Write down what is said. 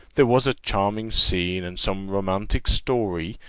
there was a charming scene, and some romantic story,